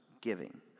giving